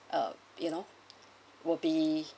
uh you know will be